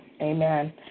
Amen